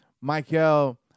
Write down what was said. Michael